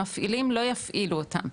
המפעילים לא יפעילו אותם,